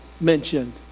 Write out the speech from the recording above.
mentioned